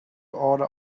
order